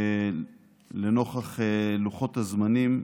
לנוכח לוחות הזמנים,